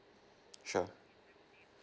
sure